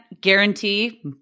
guarantee